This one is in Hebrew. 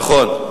נכון.